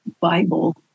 Bible